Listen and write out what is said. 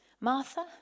Martha